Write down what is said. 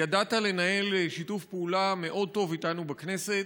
ידעת לנהל שיתוף פעולה מאוד טוב איתנו בכנסת,